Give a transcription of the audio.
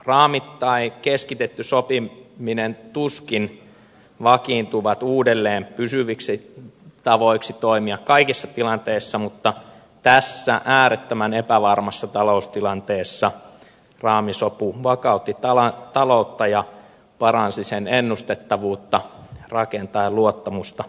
raamit ja keskitetty sopiminen tuskin vakiintuvat uudelleen pysyviksi tavoiksi toimia kaikissa tilanteissa mutta tässä äärettömän epävarmassa taloustilanteessa raamisopu vakautti taloutta ja paransi sen ennustettavuutta rakentaen luottamusta laajalti